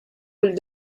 ull